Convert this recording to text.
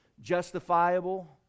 justifiable